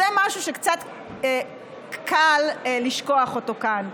וזה משהו שקצת קל לשכוח אותו כאן.